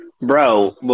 Bro